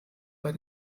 bei